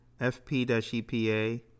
FP-EPA